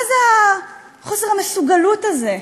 מה זה החוסר-מסוגלות הזה?